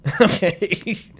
Okay